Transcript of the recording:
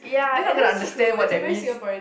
they're not gonna understand what that means